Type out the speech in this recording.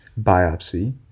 biopsy